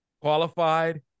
qualified